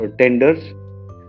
tenders